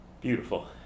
Beautiful